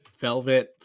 velvet